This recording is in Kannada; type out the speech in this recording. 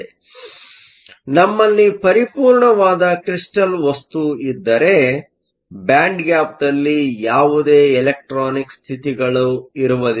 ಆದ್ದರಿಂದ ನಮ್ಮಲ್ಲಿ ಪರಿಪೂರ್ಣವಾದ ಕ್ರಿಸ್ಟಲ್ ವಸ್ತು ಇದ್ದರೆ ಬ್ಯಾಂಡ್ ಗ್ಯಾಪ್ದಲ್ಲಿ ಯಾವುದೇ ಎಲೆಕ್ಟ್ರಾನಿಕ್Electronic ಸ್ಥಿತಿಗಳಿರುವುದಿಲ್ಲ